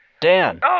Dan